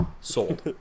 Sold